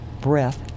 breath